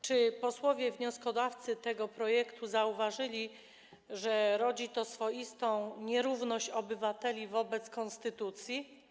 Czy posłowie wnioskodawcy tego projektu zauważyli, że rodzi to swoistą nierówność obywateli wobec konstytucji?